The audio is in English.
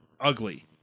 ugly